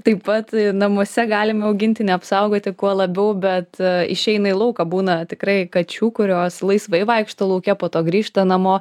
taip pat namuose galime augintinį apsaugoti kuo labiau bet išeina į lauką būna tikrai kačių kurios laisvai vaikšto lauke po to grįžta namo